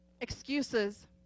excuses